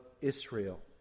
Israel